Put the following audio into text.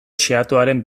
xehatuaren